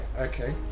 okay